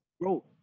Bro